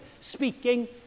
speaking